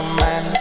man